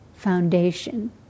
foundation